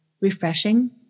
refreshing